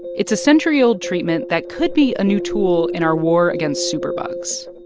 it's a century-old treatment that could be a new tool in our war against superbugs